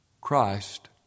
Christ